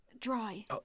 dry